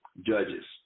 Judges